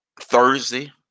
Thursday